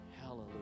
Hallelujah